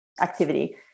activity